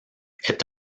est